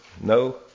No